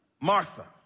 Martha